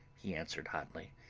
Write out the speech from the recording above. he answered hotly,